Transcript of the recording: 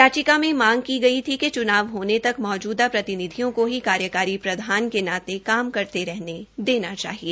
यचिका में मांग की गई थी कि च्नाव होने तक मौजूदा प्रतिनिधियों को ही कार्यकारी प्रधान के नाते काम करते रहना देना चाहिए